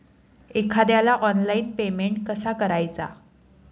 एखाद्याला online payment कसा करायचा?